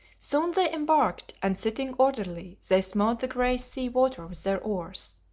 soon they embarked and, sitting orderly, they smote the grey sea water with their oars.